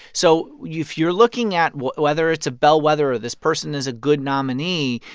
so yeah if you're looking at whether it's a bellwether or this person is a good nominee,